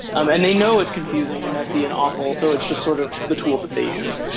um and they know it's confusing and messy and awful. so it's just sort of the tool that they use.